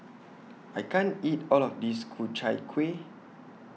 I can't eat All of This Ku Chai Kuih